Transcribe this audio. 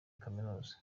kaminuza